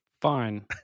Fine